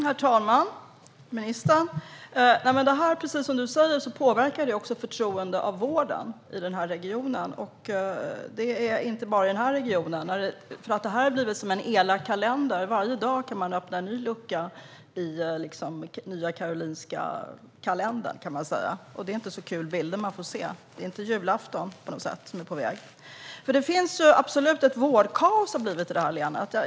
Herr talman och ministern! Precis som ministern säger påverkar detta också förtroendet för vården i den här regionen, och inte bara här. Detta har blivit som en elak kalender. Varje dag kan man öppna en ny lucka i Nya Karolinska kalendern, och det är inte så kul bilder man får se. Det är inte på något sätt julafton som är på väg. Det har blivit ett vårdkaos i det här länet.